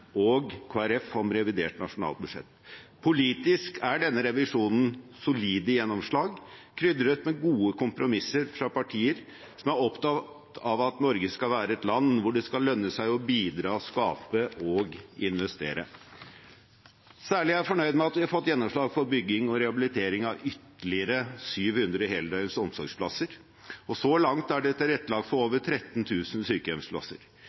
og Kristelig Folkeparti om revidert nasjonalbudsjett. Politisk er denne revisjonen solide gjennomslag, krydret med gode kompromisser fra partier som er opptatt av at Norge skal være et land hvor det skal lønne seg å bidra, skape og investere. Særlig er jeg fornøyd med at vi har fått gjennomslag for bygging og rehabilitering av ytterligere 700 heldøgns omsorgsplasser, og så langt er det tilrettelagt for over 13 000 sykehjemsplasser.